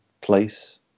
place